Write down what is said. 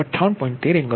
13 angle 63